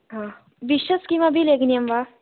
हा विशस् किमपि लेखनीयं वा